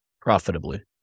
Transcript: Profitably